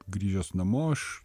grįžęs namo aš